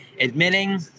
admitting